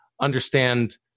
understand